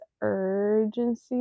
urgency